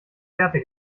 fährte